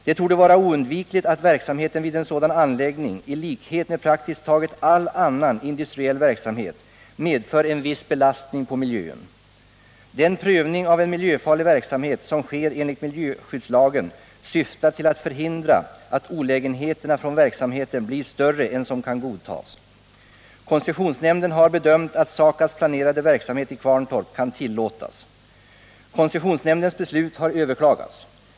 Det torde vara oundvikligt att verksamheten vid en sådan anläggning i likhet med praktiskt taget all annan industriell verksamhet medför en viss belastning på miljön. Den prövning av en miljöfarlig verksamhet som sker enligt miljöskyddslagen syftar till att förhindra att olägenheterna från verksamheten blir större än vad som kan godtas. Koncessionsnämnden har bedömt att SAKAB:s planerade verksamhet i Kvarntorp kan tillåtas. Koncessionsnämndens beslut har överklagats.